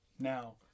Now